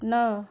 ନଅ